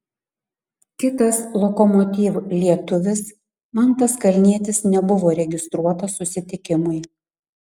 kitas lokomotiv lietuvis mantas kalnietis nebuvo registruotas susitikimui